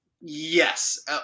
Yes